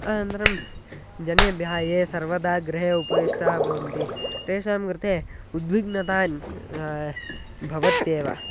अनन्तरं जनेभ्यः ये सर्वदा गृहे उपविष्टाः भवन्ति तेषां कृते उद्विग्नता भवत्येव